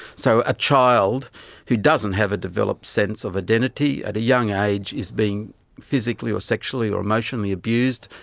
so a child who doesn't have a developed sense of identity, at a young age is being physically or sexually or emotionally abused,